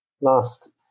last